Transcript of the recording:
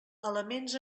elements